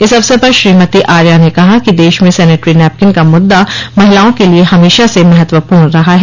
इस अवसर पर श्रीमती आर्या ने कहा कि देश में सेनिटरी नैपकिन का मुद्दा महिलाओं के लिए हमेशा से महत्वपूर्ण रहा है